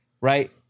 right